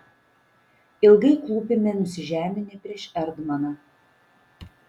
ilgai klūpime nusižeminę prieš erdmaną